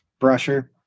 brusher